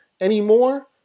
anymore